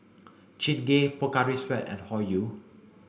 Chingay Pocari Sweat and Hoyu